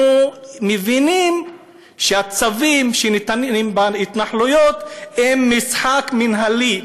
אנחנו מבינים שהצווים שניתנים בהתנחלויות הם משחק מינהלי.